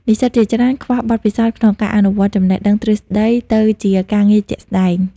និស្សិតជាច្រើនខ្វះបទពិសោធន៍ក្នុងការអនុវត្តចំណេះដឹងទ្រឹស្តីទៅជាការងារជាក់ស្តែង។